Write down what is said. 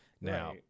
Now